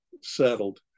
settled